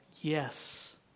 yes